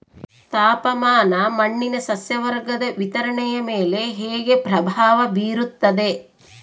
ತಾಪಮಾನ ಮಣ್ಣಿನ ಸಸ್ಯವರ್ಗದ ವಿತರಣೆಯ ಮೇಲೆ ಹೇಗೆ ಪ್ರಭಾವ ಬೇರುತ್ತದೆ?